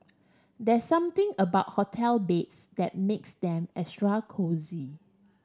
there's something about hotel beds that makes them extra cosy